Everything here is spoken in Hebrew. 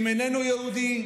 אם איננו יהודי,